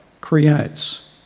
creates